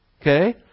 Okay